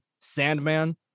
Sandman